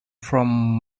from